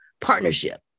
partnership